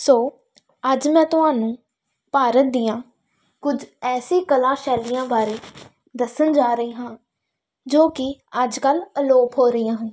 ਸੋ ਅੱਜ ਮੈਂ ਤੁਹਾਨੂੰ ਭਾਰਤ ਦੀਆਂ ਕੁਝ ਐਸੀ ਕਲਾ ਸ਼ੈਲੀਆਂ ਬਾਰੇ ਦੱਸਣ ਜਾ ਰਹੀ ਹਾਂ ਜੋ ਕਿ ਅੱਜ ਕੱਲ੍ਹ ਅਲੋਪ ਹੋ ਰਹੀਆਂ ਹਨ